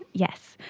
yes.